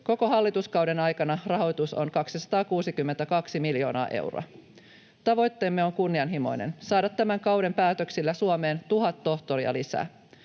Koko hallituskauden aikana rahoitus on 262 miljoonaa euroa. Tavoitteemme on kunnianhimoinen: saada tämän kauden päätöksillä Suomeen tuhat tohtoria lisää.